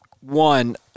One